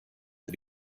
für